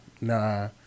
Nah